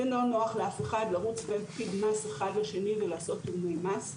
זה לא נוח לאף אחד לרוץ בין תיאום מס אחד לשני ולעשות תיאומי מס,